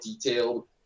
detailed